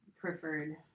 preferred